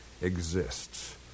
exists